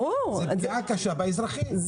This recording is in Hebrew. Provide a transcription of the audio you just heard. זו פגיעה קשה באזרחים.